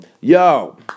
Yo